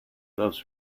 loves